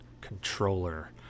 controller